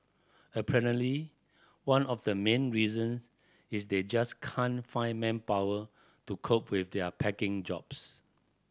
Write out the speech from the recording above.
apparently one of the main reasons is they just can't find manpower to cope with their packing jobs